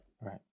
right